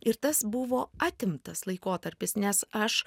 ir tas buvo atimtas laikotarpis nes aš